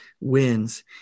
wins